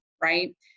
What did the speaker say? right